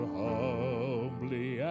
humbly